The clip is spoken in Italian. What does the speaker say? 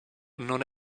non